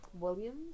Williams